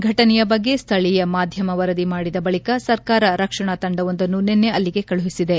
ಫೆಟನೆಯ ಬಗ್ಗೆ ಸ್ಥಳೀಯ ಮಾಧ್ಯಮ ವರದಿ ಮಾಡಿದ ಬಳಿಕ ಸರ್ಕಾರ ರಕ್ಷಣಾ ತಂಡವೊಂದನ್ನು ನಿನ್ನೆ ಅಲ್ಲಿಗೆ ಕಳುಹಿಸಿದೆ